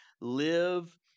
Live